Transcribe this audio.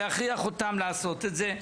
להכריח אותם לעשות את זה.